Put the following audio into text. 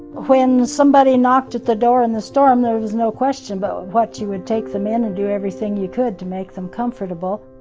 when somebody knocked at the door in the storm, there was no question but what you would take them in and do everything you could to make them comfortable.